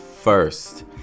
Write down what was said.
first